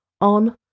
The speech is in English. on